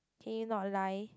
can you not lie